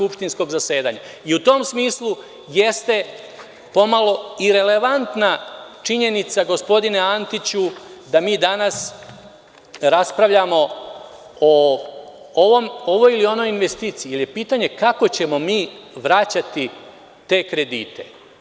U tom smislu jeste pomalo irelevantna činjenica, gospodine Antiću, da mi danas raspravljamo o ovoj ili onoj investiciji, jer je pitanje kako ćemo mi vraćati te kredite.